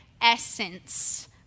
essence